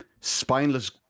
Spineless